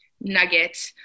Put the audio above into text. nugget